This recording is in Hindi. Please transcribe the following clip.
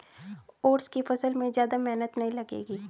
ओट्स की फसल में ज्यादा मेहनत नहीं लगेगी